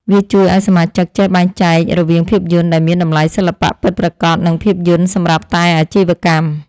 វាជួយឱ្យសមាជិកចេះបែងចែករវាងភាពយន្តដែលមានតម្លៃសិល្បៈពិតប្រាកដ និងភាពយន្តសម្រាប់តែអាជីវកម្ម។